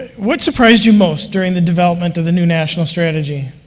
what surprised you most during the development of the new national strategy?